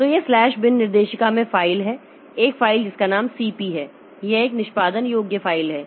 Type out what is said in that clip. तो यह slash bin निर्देशिका में फ़ाइल है एक फ़ाइल जिसका नाम cp है यह एक निष्पादन योग्य फ़ाइल है